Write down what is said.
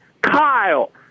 Kyle